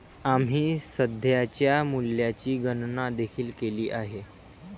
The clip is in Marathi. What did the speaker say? आम्ही सध्याच्या मूल्याची गणना देखील केली आहे